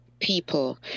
people